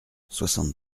soixante